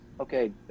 Okay